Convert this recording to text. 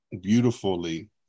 beautifully